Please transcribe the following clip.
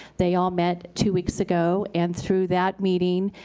they all met two weeks ago. and through that meeting,